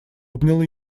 обнял